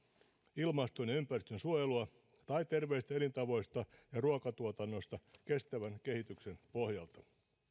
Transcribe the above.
ilmaston ja ympäristönsuojelua tai terveellisistä elintavoista ja ruokatuotannosta kestävän kehityksen pohjalta